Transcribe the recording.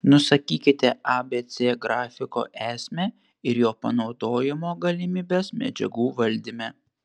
nusakykite abc grafiko esmę ir jo panaudojimo galimybes medžiagų valdyme